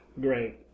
Great